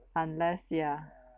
unless ya